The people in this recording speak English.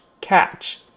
catch